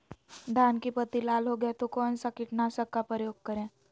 धान की पत्ती लाल हो गए तो कौन सा कीटनाशक का प्रयोग करें?